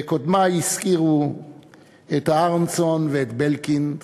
וקודמי הזכירו את אהרונסון ואת בלקינד,